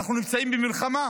אנחנו נמצאים במלחמה.